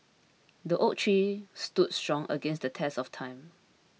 the oak tree stood strong against the test of time